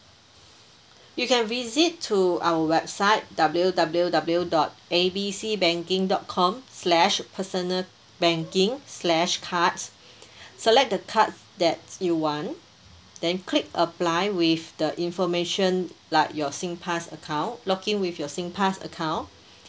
you can visit to our website W W W dot A B C banking dot com slash personal banking slash cards select the card that you want then click apply with the information like your singpass account log in with your singpass account